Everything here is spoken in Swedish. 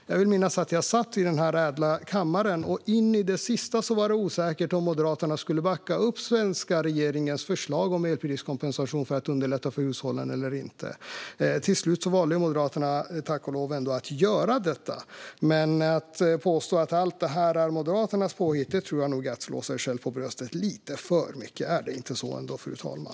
Jag vill minnas att jag satt i denna ädla kammare och att det in i det sista var osäkert om Moderaterna skulle backa upp den svenska regeringens förslag om elpriskompensation för att underlätta för hushållen. Till slut valde Moderaterna tack och lov att göra det, men att påstå att alltihop är Moderaternas påhitt tror jag ändå är att slå sig själv för bröstet lite för mycket. Är det inte så, fru talman?